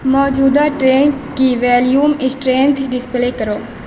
موجودہ ٹریک کی volume strength display کرو